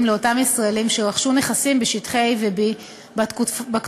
לאותם ישראלים שרכשו נכסים בשטחי A ו-B בתקופה